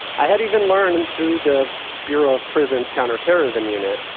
i had even learned and through the bureau of prisons counterterrorism unit,